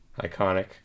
Iconic